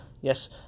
Yes